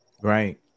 right